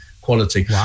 quality